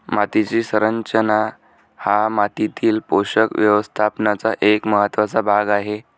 मातीची संरचना हा मातीतील पोषक व्यवस्थापनाचा एक महत्त्वाचा भाग आहे